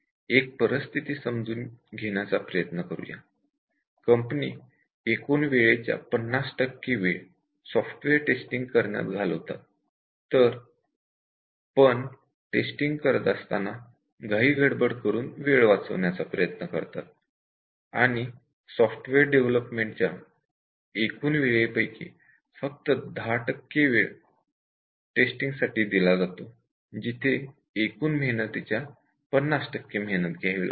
पण एक परिस्थिती समजून घेण्याचा प्रयत्न करूया कंपनी एकूण वेळेच्या 50 टक्के वेळ सॉफ्टवेअर टेस्टिंग करण्यात घालवतात पण टेस्टिंग करत असताना घाई गडबड करून वेळ वाचवण्याचा प्रयत्न करतात आणि सॉफ्टवेअर डेव्हलपमेंट च्या एकूण वेळेपैकी फक्त 10 टक्के वेळ टेस्टिंग साठी दिला जातो जेथे एकूण मेहनतीच्या 50 मेहनत घ्यावी लागते